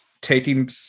taking